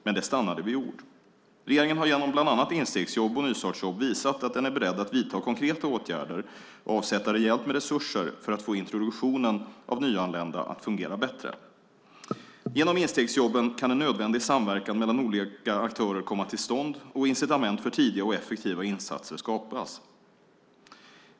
Men det stannade vid ord. Regeringen har genom bland annat instegsjobb och nystartsjobb visat att den är beredd att vidta konkreta åtgärder och avsätta rejält med resurser för att få introduktionen av nyanlända att fungera bättre. Genom instegsjobben kan en nödvändig samverkan mellan olika aktörer komma till stånd och incitament för tidiga och effektiva insatser skapas.